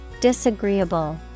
Disagreeable